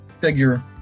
figure